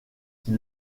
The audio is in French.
qui